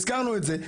אבל הזכרנו את זה,